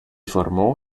formó